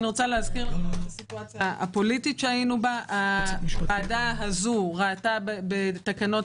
אזכיר את הסיטואציה הפוליטית שהיינו בה הוועדה הזו ראתה בתקנות